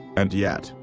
and yet,